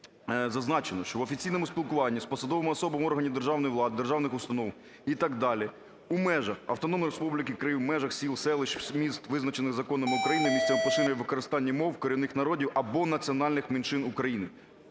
зазначено, що "в офіційному спілкуванні з посадовими особами органів державної влади, державних установ і так далі в межах Автономної Республіки Крим, у межах сіл, селищ, міст, визначених Законом України місцями поширеного використання мов корінних народів або національних меншин України